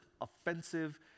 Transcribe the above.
offensive